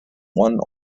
one